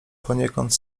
poniekąd